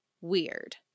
weird